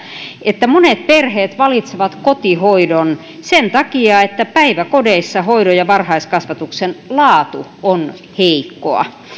että monet perheet valitsevat kotihoidon sen takia että päiväkodeissa hoidon ja varhaiskasvatuksen laatu on heikkoa